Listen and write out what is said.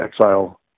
exile